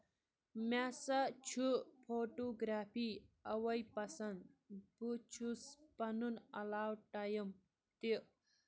مےٚ ہسا چھُ فوٹوگرافی اوے پسنٛد بہٕ چھُس علاوٕ ٹایِم تہِ